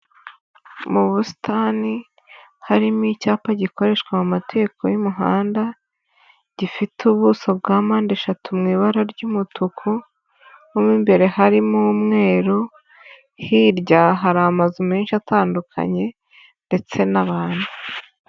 Mu busitani harimo icyapa gikoreshwa mu mategeko y'umuhanda, gifite ubuso bwa mpande eshatu mu ibara ry'umutuku, mo imbere harimo umweru, hirya hari amazu menshi atandukanye ndetse n'abantu.